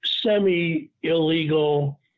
semi-illegal